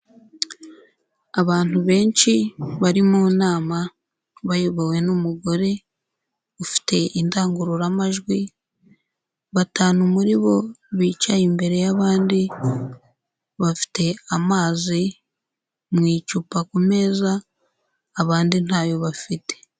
Abantu benshi bari mu nama, bayobowe n'umugore ufite indangururamajwi, batanu muri bo bicaye imbere y'abandi, bafite amazi mu icupa ku meza, abandi ntayo bafite.